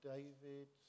David